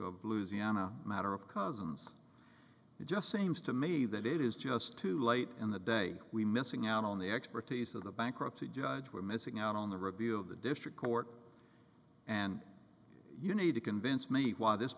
on a matter of cousins it just seems to me that it is just too late in the day we missing out on the expertise of the bankruptcy judge we're missing out on the review of the district court and you need to convince me why this